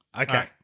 Okay